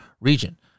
region